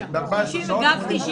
99 שקלים.